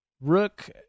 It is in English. Rook